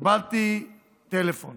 קיבלתי טלפון